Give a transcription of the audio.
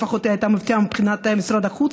לפחות היא הייתה מפתיעה מבחינת משרד החוץ,